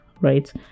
right